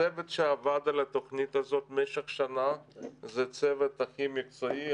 הצוות שעבד על התוכנית הזאת במשך שנה זה צוות הכי מקצועי.